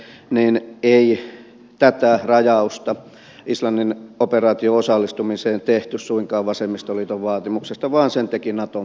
ei tätä rajausta islannin operaatioon osallistumiseen tehty suinkaan vasemmistoliiton vaatimuksesta vaan sen teki naton pääsihteeri